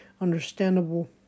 understandable